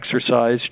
exercise